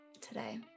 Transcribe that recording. today